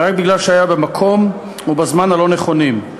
רק מפני שהיה במקום ובזמן הלא-נכונים.